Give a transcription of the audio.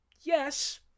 yes